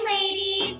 ladies